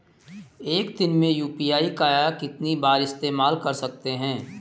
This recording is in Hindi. एक दिन में यू.पी.आई का कितनी बार इस्तेमाल कर सकते हैं?